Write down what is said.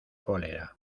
cólera